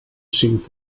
cinc